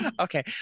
Okay